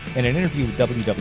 in an interview with wwe,